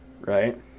Right